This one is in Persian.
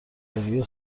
بروی